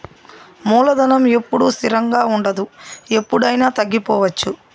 మూలధనం ఎప్పుడూ స్థిరంగా ఉండదు ఎప్పుడయినా తగ్గిపోవచ్చు